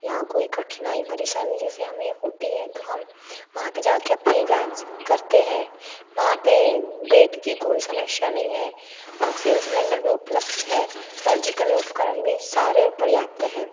यहाँ कोई कठिनाई परेशानी जैसे हमें होती है तो हम वहाँ पर जा कर अपना इलाज कराते हैं वहाँ पर बेड की कोई समस्या नहीं है ऑक्सिजन सिलेंडर भी उपलब्ध है सर्जिकल उपकरण भी सारे पर्याप्त हैं